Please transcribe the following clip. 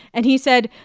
and he said,